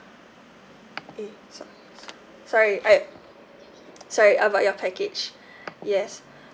eh sor~ sorry eh sorry about your package yes